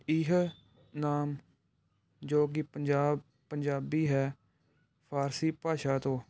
ਇਹ ਨਾਮ ਜੋ ਕਿ ਪੰਜਾਬ ਪੰਜਾਬੀ ਹੈ ਫਾਰਸੀ ਭਾਸ਼ਾ ਤੋਂ